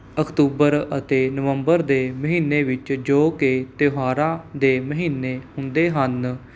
October ਅਤੇ ਨਵੰਬਰ ਦੇ ਮਹੀਨੇ ਵਿੱਚ ਜੋ ਕਿ ਤਿਉਹਾਰਾਂ ਦੇ ਮਹੀਨੇ ਹੁੰਦੇ ਹਨ